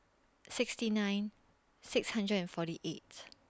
sixty nine six hundred and forty eight